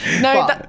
no